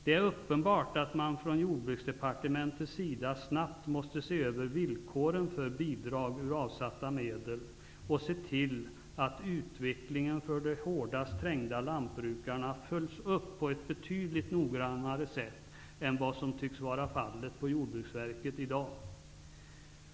Det är uppenbart att man från Jordbruksdepartementets sida snabbt måste se över villkoren för bidrag ur avsatta medel och se till att utvecklingen för de hårdast trängda lantbrukarna följs upp på ett betydligt nogrannare sätt än vad som tycks vara fallet på Jordbruksverket i dag.